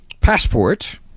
passport